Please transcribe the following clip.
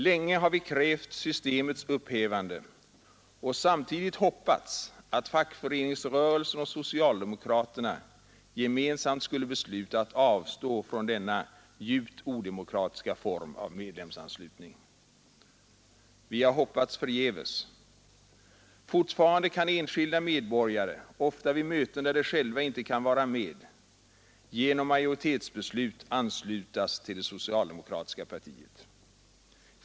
Länge har vi krävt systemets upphävande och samtidigt hoppats att fackföreningsrörelsen och socialdemokraterna skulle besluta att avstå från denna djupt odemokratiska form av medlemsanslutning. Vi har hoppats förgäves. Fortfarande kan enskilda medborgare — ofta vid möten där de själva inte kan vara med — genom majoritetsbeslut anslutas till det socialdemokratiska partiet.